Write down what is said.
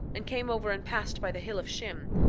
and came over and passed by the hill of shim,